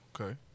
Okay